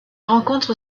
rencontre